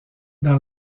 dans